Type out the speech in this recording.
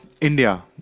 India